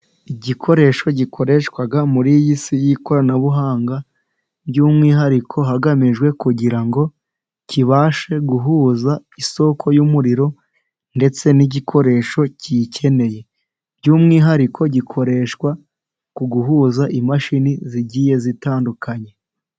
Igikoresho gikoreshwa muri iy'Isi y'ikoranabuhanga, by'umwihariko hagamijwe kugira ngo kibashe guhuza isoko y'umuriro ndetse n'igikoresho kiyikeneye, by'umwihariko gikoreshwa ku guhuza imashini zigiye zitandukanye.